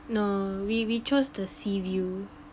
no we we chose the sea view